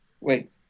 Wait